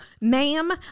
ma'am